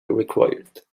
required